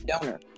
donor